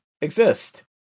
exist